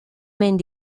mains